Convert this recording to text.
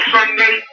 Sunday